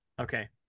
Okay